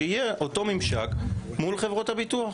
שיהיה אותו ממשק מול חברות הביטוח.